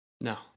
No